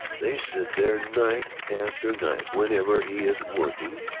they sit there night after night, whenever he isn't working,